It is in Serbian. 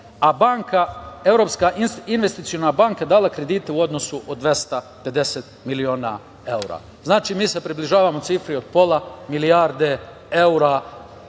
a Evropska investiciona banka je dala kredite u odnosu od 250 miliona evra. Znači, mi se približavamo cifri od pola milijarde evra